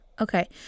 Okay